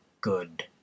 good